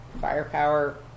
Firepower